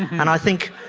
and i think